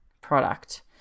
product